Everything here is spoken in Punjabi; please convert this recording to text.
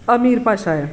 ਅਮੀਰ ਭਾਸ਼ਾ ਆ